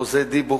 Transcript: אחוזי דיבוק,